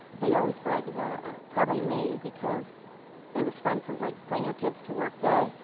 they always brag about probably me because it was fun for like bring your kids to work day.